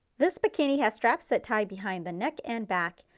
this bikini has straps that tie behind the neck and back.